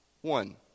one